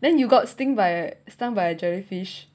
then you've got sting by stung by jellyfish